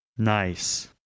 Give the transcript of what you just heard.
Nice